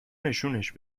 نشونش